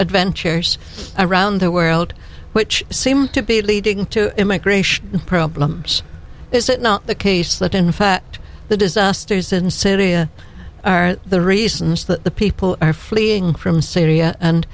adventures around the world which seem to be leading to immigration problems is it not the case that in fact the disasters in syria are the reasons that the people are fleeing from syria and